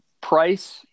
price